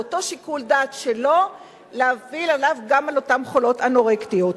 ואת שיקול דעת שלו להפעיל גם על אותן חולות אנורקטיות.